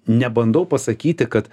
nebandau pasakyti kad